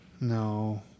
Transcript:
No